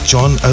John